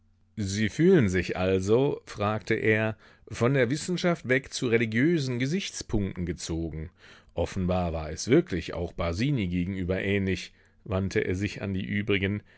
sie fühlen sich also fragte er von der wissenschaft weg zu religiösen gesichtspunkten gezogen offenbar war es wirklich auch basini gegenüber ähnlich wandte er sich an die übrigen